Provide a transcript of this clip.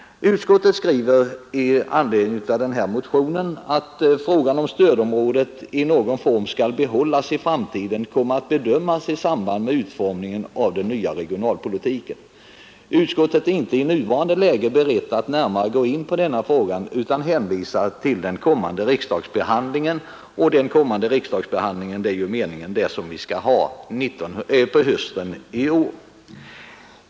Utskottet skriver i anledning av denna motion: ”Frågan om stödområdet i någon form skall behållas i framtiden kommer att bedömas i samband med utformningen av den nya regionalpolitiken. Utskottet är inte i nuvarande läge berett att närmare gå in på denna fråga utan hänvisar till den kommande riksdagsbehandlingen.” Avsikten är ju att denna kommande riksdagsbehandling skall äga rum under årets höstriksdag.